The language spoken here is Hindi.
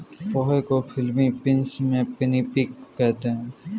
पोहे को फ़िलीपीन्स में पिनीपिग कहते हैं